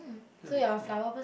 that'd be cool